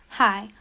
Hi